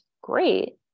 great